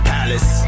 Palace